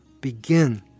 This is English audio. begin